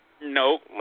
Nope